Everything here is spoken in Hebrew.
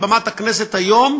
על במת הכנסת היום,